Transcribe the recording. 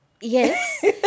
Yes